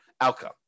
outcome